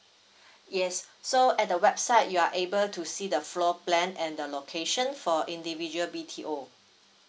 yes so at the website you are able to see the floor plan and the location for individual B_T_O